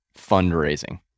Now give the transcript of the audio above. fundraising